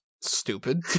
stupid